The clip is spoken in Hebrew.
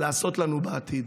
לעשות לנו בעתיד.